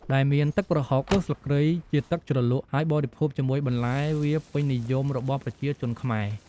ដែលមានទឹកប្រហុក គល់ស្លឹកគ្រៃជាទឹកជ្រលក់ ហើយបរិភោគជាមួយបន្លែ វាពេញនិយមរបស់ប្រជាជនខ្មែរ។